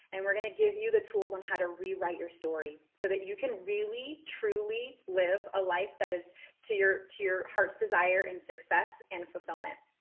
and we're going to give you the tools on how to rewrite your story so that you can really, truly live a life that is to your to your heart's desire and success and fulfillment.